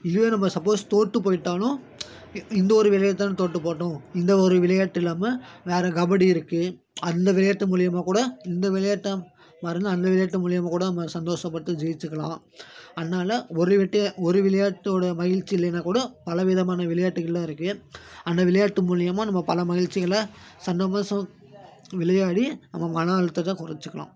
இதுவே நம்ம சப்போஸ் தோற்று போய்விட்டாலும் இந்த ஒரு விளையாட்தான தோற்று போய்ட்டோம் இந்த ஒரு விளையாட்டு இல்லாம வேறு கபடி இருக்கு அந்த விளையாட்டு மூலியமாக கூட இந்த விளையாட்டை மறந்து அந்த விளையாட்டு மூலியமாக கூட நம்ம சந்தோஷ பட்டு ஜெயிச்சிக்கலாம் அதனால் ஒரு விட்டு ஒரு விளையாட்டோட மகிழ்ச்சி இல்லைன்னா கூட பல விதமான விளையாட்டுகள் எல்லாம் இருக்கு அந்த விளையாட்டு மூலியமாக நம்ம பல மகிழ்ச்சிகளை சன்னமாதம் விளையாடி நம்ம மன அழுத்தத்தை குறச்சிக்கலாம்